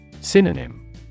Synonym